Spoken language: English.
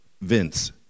Vince